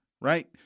right